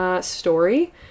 story